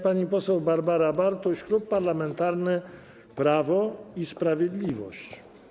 Pani poseł Barbara Bartuś, Klub Parlamentarny Prawo i Sprawiedliwość.